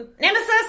nemesis